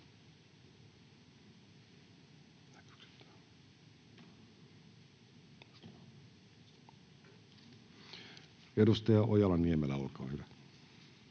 Edustaja Ojala-Niemelä, olkaa hyvä.